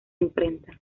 imprenta